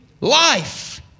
life